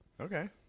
okay